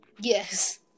Yes